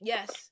Yes